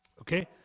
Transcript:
okay